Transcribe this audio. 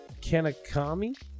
Kanakami